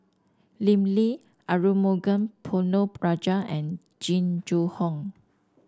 Lim Lee Arumugam Ponnu Rajah and Jing Jun Hong